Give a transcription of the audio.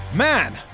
Man